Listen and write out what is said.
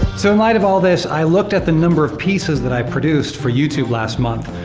so in light of all this, i looked at the number of pieces that i produced for youtube last month,